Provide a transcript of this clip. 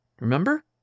remember